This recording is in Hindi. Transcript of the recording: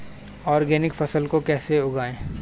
ऑर्गेनिक फसल को कैसे उगाएँ?